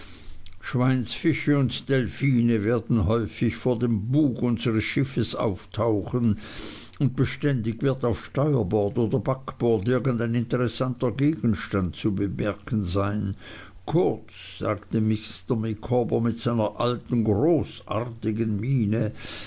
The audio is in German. schweinsfische und delphine werden häufig vor dem bug unseres schiffes auftauchen und beständig wird auf steuerbord oder backbord irgendein interessanter gegenstand zu bemerken sein kurz sagte mr micawber mit seiner alten großartigen miene